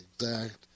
exact